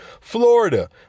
Florida